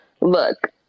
Look